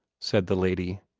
said the lady.